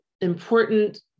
important